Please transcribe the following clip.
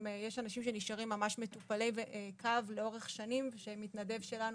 יש אנשים שנשארים מטופלי קו לאורך שנים ושמתנדב שלנו